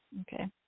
Okay